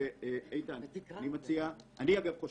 איל בן ראובן ואחריו חאג'